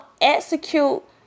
execute